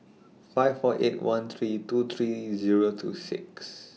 five four eight one three two three Zero two six